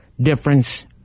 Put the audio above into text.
difference